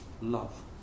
love